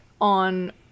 on